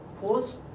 pause